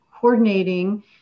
coordinating